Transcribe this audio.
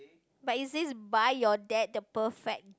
but it says buy your dad the perfect